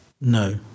no